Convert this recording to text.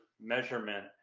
measurement